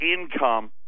income